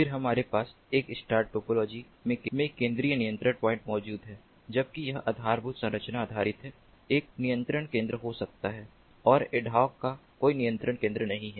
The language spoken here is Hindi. फिर हमारे पास एक स्टार टोपोलॉजी में केंद्रीय नियंत्रण पॉइंट मौजूद है जबकि यह आधारभूत संरचना आधारित है एक नियंत्रण केंद्र हो सकता है और एडहॉक का कोई नियंत्रण केंद्र नहीं है